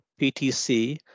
PTC